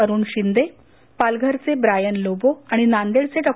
अरुण शिंदे पालघरचे Brian Lobo आणि नांदेडचे डॉ